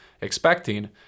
expecting